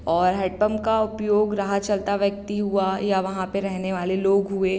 और हैडपंप का उपयोग राह चलता व्यक्ति हुआ या वहाँ पे रहने वाले लोग हुए